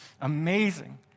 Amazing